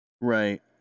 Right